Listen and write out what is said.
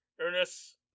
Ernest